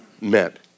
meant